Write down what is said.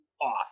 off